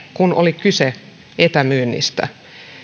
kun oli kyse etämyynnistä